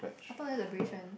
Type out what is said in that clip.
upper there is abrasion